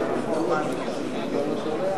חברי הכנסת אורי אריאל ורונית